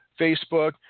Facebook